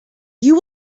you